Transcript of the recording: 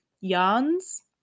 yarns